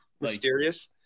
mysterious